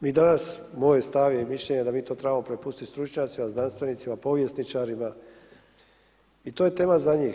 Mi danas, moj stav je i mišljenje, da mi to trebamo prepustiti stručnjacima, znanstvenicima, povjesničarima, i to je tema za njih.